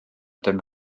dim